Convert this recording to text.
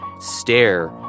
stare